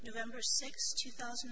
november two thousand